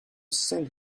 sent